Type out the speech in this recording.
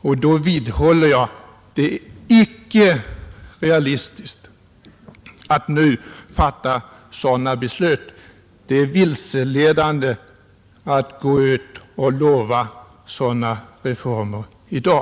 Jag vidhåller att det inte är realistiskt att nu fatta sådana beslut. Det är vilseledande att gå ut och besluta sådana reformer i dag.